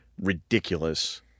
ridiculous